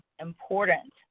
important